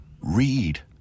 read